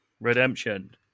Redemption